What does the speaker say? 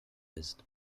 ist